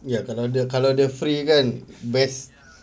ya kalau dia kalau dia free kan best